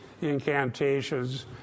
incantations